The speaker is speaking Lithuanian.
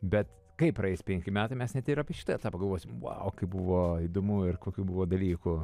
bet kai praeis penki metai mes ne tik apie šitą etapą galvosime vau kaip buvo įdomu ir kokių buvo dalykų